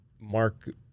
Mark